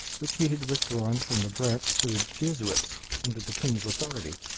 which he had withdrawn from the grant to the jesuits, under the king's authority.